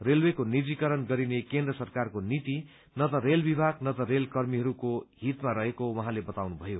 रेलवेको निजीकरण गरिने केन्द्र सरकारको नीति नत रेल विभाग नत रेल कर्मीहरूको हितमा रहेको उहाँले बताउनु भयो